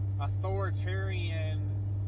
authoritarian